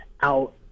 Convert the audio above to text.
out